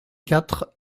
quatre